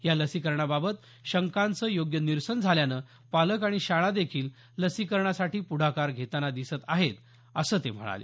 या लसीकरणाबाबत शंकांचं योग्य निरसन झाल्यामुळे पालक आणि शाळा देखील लसीकरणासाठी पुढाकार घेताना दिसत आहेत असं ते म्हणाले